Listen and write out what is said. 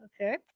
Okay